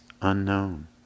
unknown